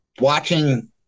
watching